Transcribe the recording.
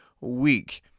week